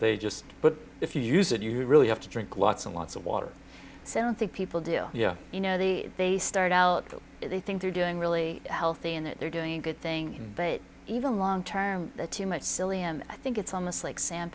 they just but if you use it you really have to drink lots and lots of water so i don't think people do you know you know the they start out that they think they're doing really healthy and that they're doing a good thing but even long term that too much psyllium i think it's almost like sa